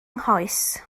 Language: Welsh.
nghoes